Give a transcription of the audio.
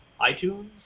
iTunes